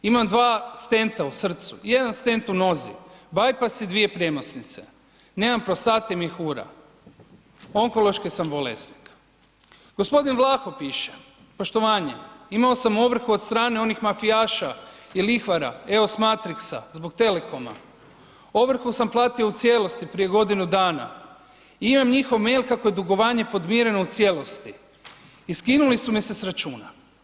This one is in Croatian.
Imam dva stenta u srcu, jedan stent u nozi, bajpas i dvije premosnice, nemam prostate i mjehura, onkološki sam bolesnik. g. Vlaho piše, poštovanje, imao sam ovrhu od strane onih mafijaša i lihvara eos matrixa zbog telekoma, ovrhu sam platio u cijelosti prije godinu dana, imam njihov meil kako je dugovanje podmireno u cijelosti i skinuli su me s računa.